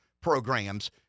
programs